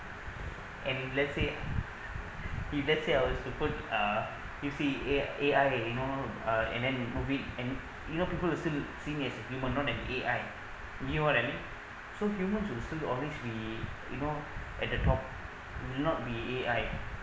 and let's say if let's say I would to put uh you see A~ A_I you know uh and then you move it and you know people will still seeing as human not an A_I you get what I mean so human who still always be you know at the top not be A_I